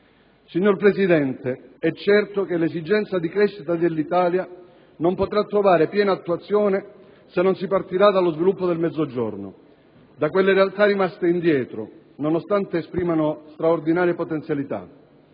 Signor Presidente, è certo che l'esigenza di crescita dell'Italia non potrà trovare piena attuazione se non si partirà dallo sviluppo del Mezzogiorno, da quelle realtà rimaste indietro, nonostante esprimano straordinarie potenzialità.